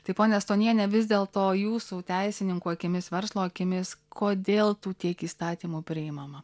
tai ponia stoniene vis dėl to jūsų teisininkų akimis verslo akimis kodėl tų tiek įstatymų priimama